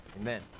Amen